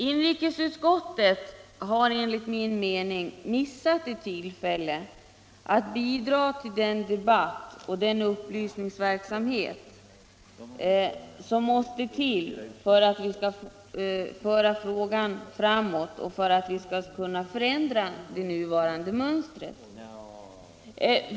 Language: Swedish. Inrikesutskottet har enligt min mening missat ett tillfälle att bidra till den debatt och den upplysningsverksamhet som måste till för att vi skall kunna föra frågan framåt och förändra det nuvarande mönstret.